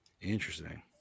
Interesting